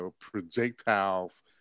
projectiles